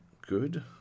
good